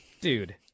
Dude